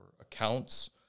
accounts